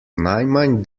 najmanj